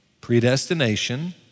predestination